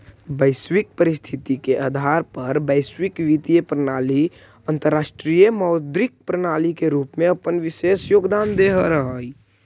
वैश्विक परिस्थिति के आधार पर वैश्विक वित्तीय प्रणाली अंतरराष्ट्रीय मौद्रिक प्रणाली के रूप में अपन विशेष योगदान देऽ हई